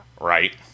Right